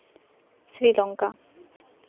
Sri Lanka